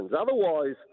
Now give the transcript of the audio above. Otherwise